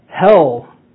Hell